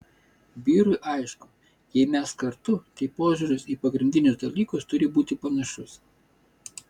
vyrui aišku jei mes kartu tai požiūris į pagrindinius dalykas turi būti panašus